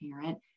parent